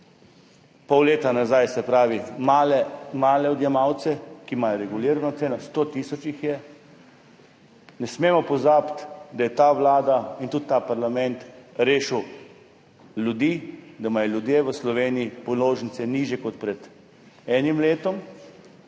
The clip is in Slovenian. pol leta nazaj, se pravi male odjemalce, ki imajo regulirano ceno, 100 tisoč jih je. Ne smemo pozabiti, da je ta vlada in tudi ta parlament rešil ljudi, da imajo ljudje v Sloveniji položnice nižje kot pred enim letom,